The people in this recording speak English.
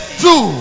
two